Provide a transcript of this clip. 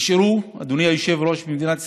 נשארו, אדוני היושב-ראש,